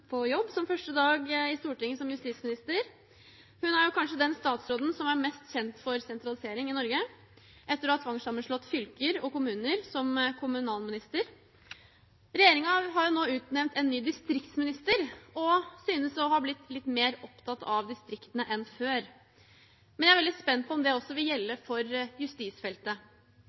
på jobb til sin første dag i Stortinget som justisminister. Hun er kanskje den statsråden som er mest kjent for sentralisering i Norge etter å ha tvangssammenslått fylker og kommuner som kommunalminister. Regjeringen har nå utnevnt en ny distriktsminister og synes å ha blitt litt mer opptatt av distriktene enn før. Jeg er veldig spent på om det også vil gjelde for justisfeltet.